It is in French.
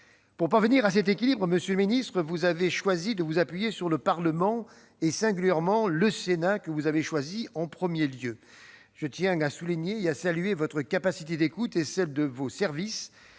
Pour parvenir à cet équilibre, monsieur le ministre, vous avez choisi de vous appuyer sur le Parlement, singulièrement sur le Sénat, que vous avez saisi en premier lieu. Je tiens à souligner et à saluer votre capacité d'écoute et celle de vos services,